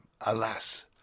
alas